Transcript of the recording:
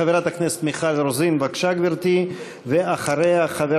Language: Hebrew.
חברת הכנסת מיכל רוזין, בבקשה, גברתי, ואחריה, חבר